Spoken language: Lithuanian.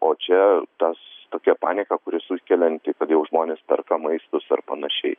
o čia tas tokia panika kuri sukelianti kad jau žmonės perka maistus ir panašiai